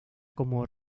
como